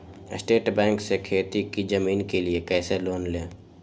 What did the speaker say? State bank से खेती की जमीन के लिए कैसे लोन ले?